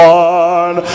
one